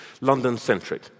London-centric